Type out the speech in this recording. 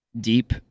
deep